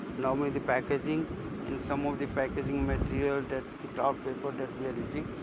normally the packaging in some of the packaging material that the kraft paper that we are using.